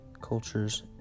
cultures